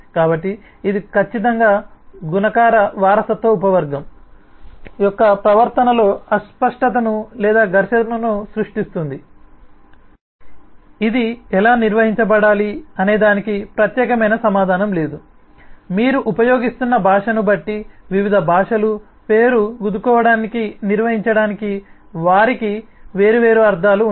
కాబట్టి ఇది ఖచ్చితంగా గుణకార వారసత్వ ఉపవర్గం యొక్క ప్రవర్తనలో అస్పష్టతను లేదా ఘర్షణను సృష్టిస్తుంది ఇది ఎలా నిర్వహించబడాలి అనేదానికి ప్రత్యేకమైన సమాధానం లేదు మీరు ఉపయోగిస్తున్న భాషను బట్టి వివిధ భాషలు పేరు గుద్దుకోవడాన్ని నిర్వహించడానికి వారికి వేర్వేరు అర్థాలు ఉన్నాయి